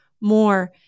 more